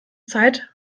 zeit